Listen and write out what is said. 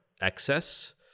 excess